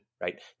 right